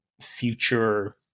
future